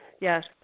yes